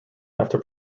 after